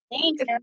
Thanks